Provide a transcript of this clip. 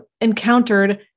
encountered